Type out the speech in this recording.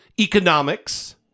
economics